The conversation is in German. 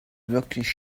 wirklich